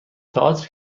تئاتر